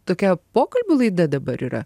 tokia pokalbių laida dabar yra